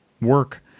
work